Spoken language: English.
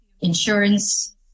insurance